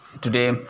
Today